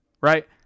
right